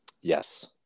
yes